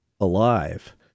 alive